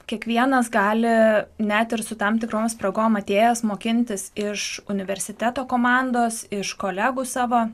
kiekvienas gali net ir su tam tikrom spragom atėjęs mokintis iš universiteto komandos iš kolegų savo